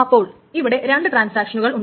അപ്പോൾ ഇവിടെ രണ്ടു ട്രാൻസാക്ഷനുകൾ ഉണ്ട്